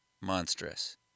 monstrous